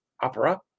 Opera